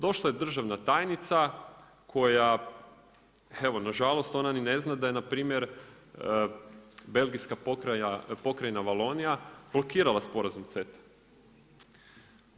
Došla je državna tajnica, koja evo nažalost, ona ni ne zna da je npr. belgijska pokrajina Valonija blokirala sporazum CETA-e.